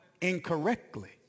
incorrectly